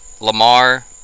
Lamar